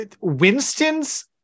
winston's